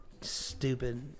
stupid